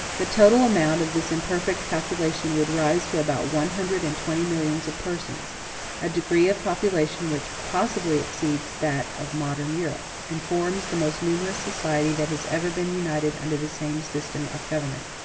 the total amount of this imperfect calculation would rise to about one hundred and twenty millions of persons a degree of population which possibly exceeds that of modern europe, and forms the most numerous society that has ever been united under the same system of government.